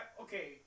Okay